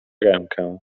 rękę